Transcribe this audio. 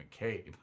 McCabe